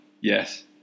Yes